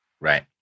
Right